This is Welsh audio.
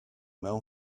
mewn